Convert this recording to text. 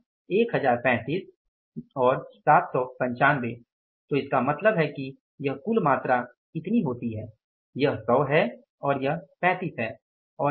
1035 और 795 तो इसका मतलब है कि यह कुल मात्रा इतनी होती है यह 100 है और यह 35 है और यह 795 है